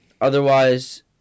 Otherwise